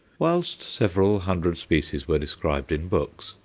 whilst several hundred species were described in books,